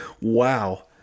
wow